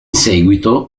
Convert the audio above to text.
seguito